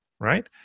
Right